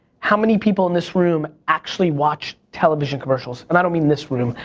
how many people in this room actually watch television commercials? and i don't mean this room,